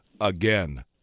Again